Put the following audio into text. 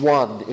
one